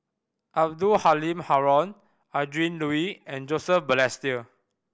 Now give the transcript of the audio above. Abdul Halim Haron Adrin Loi and Joseph Balestier